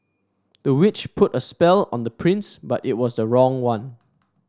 the witch put a spell on the prince but it was the wrong one